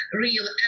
real